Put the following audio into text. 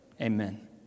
amen